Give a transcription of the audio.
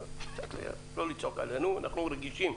לא לצעוק עלינו, אנחנו רגישים.